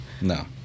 No